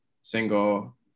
single